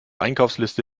einkaufsliste